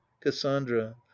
cassandra